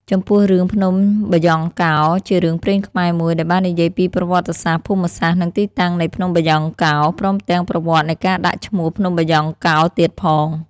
ចំពោះរឿងភ្នំបាយ៉ង់កោ ជារឿងព្រេងខ្មែរមួយដែលបាននិយាយពី ប្រវត្តិសាស្រ្ត ភូមិសាស្រ្ដ និងទីតាំងនៃភ្នំបាយ៉ង់កោ ព្រមទាំងប្រវត្តិនៃការដាក់ឈ្មោះភ្នំបាយ៉ង់កោទៀតផង។